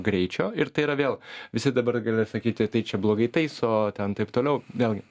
greičio ir tai yra vėl visi dabar gali sakyti tai čia blogai taiso o ten taip toliau vėlgi